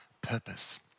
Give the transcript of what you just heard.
purpose